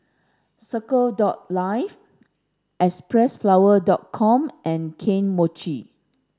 Circle dot Life Xpressflower dot com and Kane Mochi